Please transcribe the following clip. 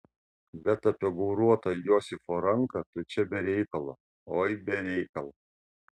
bet apie gauruotą josifo ranką tu čia be reikalo oi be reikalo